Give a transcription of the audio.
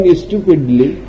stupidly